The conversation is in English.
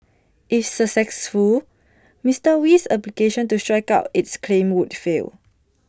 if successful Mister Wee's application to strike out its claims would fail